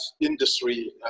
industry